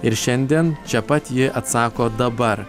ir šiandien čia pat ji atsako dabar